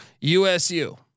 USU